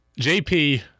JP